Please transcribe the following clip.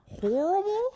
Horrible